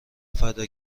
فدا